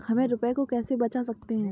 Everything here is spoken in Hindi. हम रुपये को कैसे बचा सकते हैं?